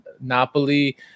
Napoli